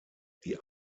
die